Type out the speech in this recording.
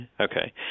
okay